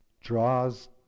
draws